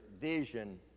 vision